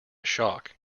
shock